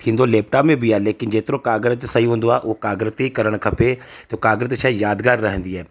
थींदो लैपटॉप में बि आहे लेकिन जेतिरो काॻर ते सई हूंदो आहे उहो काॻर ते ई करणु खपे त काॻर ते छा आहे यादगार रहंदी आहे